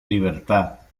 libertad